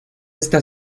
esta